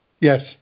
Yes